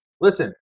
listen